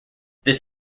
this